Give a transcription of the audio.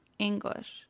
English